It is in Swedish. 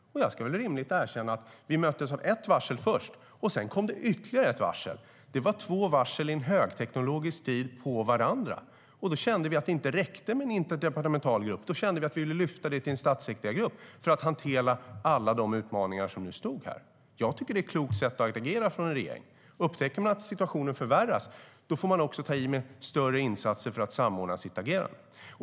Jag ska villigt erkänna att vi möttes av först ett varsel och sedan kom ytterligare ett. Det var två varsel på varandra i en högteknologisk tid. Då kände vi att det inte räckte med en interdepartemental grupp, utan vi ville lyfta upp det till en statssekreterargrupp för att hantera alla de utmaningar som vi nu stod inför. Jag tycker att det är ett klokt sätt att agera för en regering. Om man upptäcker att situationen förvärras får man ta i med större insatser och samordna sitt agerande.